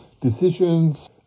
decisions